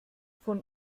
von